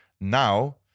Now